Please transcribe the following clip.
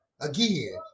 again